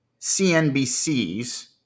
CNBC's